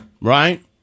Right